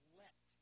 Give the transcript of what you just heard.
let